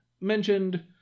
mentioned